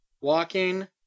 Walking